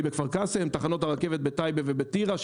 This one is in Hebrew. בכפר קאסם; תחנות הרכבת בטייבה ובטירה,